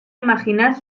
imaginar